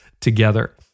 together